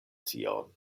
tion